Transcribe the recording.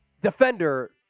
defender